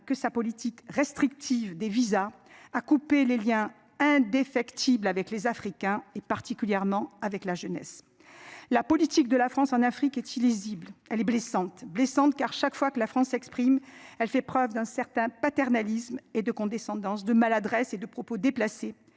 que sa politique restrictive des visas à couper les Liens indéfectibles avec les Africains et particulièrement avec la jeunesse. La politique de la France en Afrique est illisible. Elle est blessante blessante car chaque fois que la France exprime elle fait preuve d'un certain paternalisme et de condescendance de maladresse et de propos déplacés